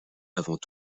avant